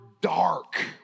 dark